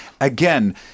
again